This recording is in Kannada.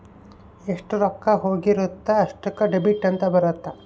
ಎಷ್ಟ ರೊಕ್ಕ ಹೋಗಿರುತ್ತ ಅಷ್ಟೂಕ ಡೆಬಿಟ್ ಅಂತ ಬರುತ್ತ